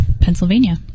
Pennsylvania